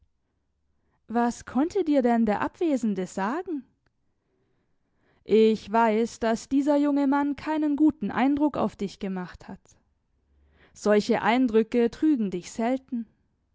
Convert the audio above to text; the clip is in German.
was konnte dir denn der abwesende sagen ich weiß daß dieser junge mann keinen guten eindruck auf dich gemacht hat solche eindrücke trügen dich selten